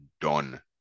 done